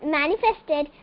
manifested